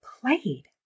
played